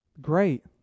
Great